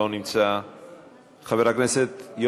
חבר הכנסת אמיר אוחנה,